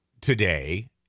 today